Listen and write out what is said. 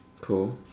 cool